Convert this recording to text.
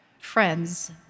Friends